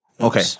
Okay